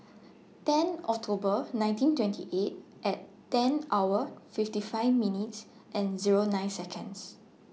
ten October nineteen twenty eight ten hours fifty five minutes and Zero nine